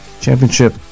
championship